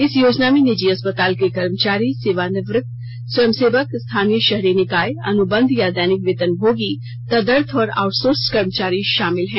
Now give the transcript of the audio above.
इस योजना में निजी अस्पताल के कर्मचारी सेवानिवृत्त स्वयंसेवक स्थानीय शहरी निकाय अनुबंध या दैनिक वेतनभोगी तदर्थ और आउटसोर्स कर्मचारी शामिल हैं